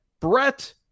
Brett